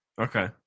okay